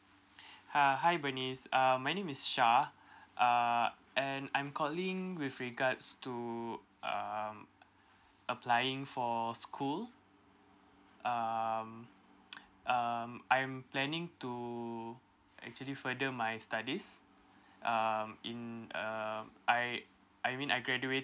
uh hi bernice um my name is syah uh and I'm calling with regards to um applying for school um um I'm planning to actually further my studies um in um I I mean I graduated